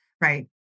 right